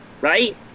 right